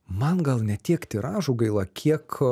man gal ne tiek tiražų gaila kiek